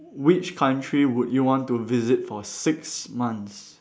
which country would you want to visit for six months